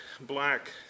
black